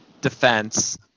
defense